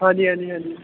ਹਾਂਜੀ ਹਾਂਜੀ ਹਾਂਜੀ